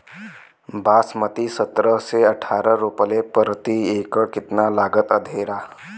बासमती सत्रह से अठारह रोपले पर प्रति एकड़ कितना लागत अंधेरा?